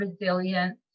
resilience